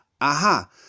aha